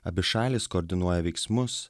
abi šalys koordinuoja veiksmus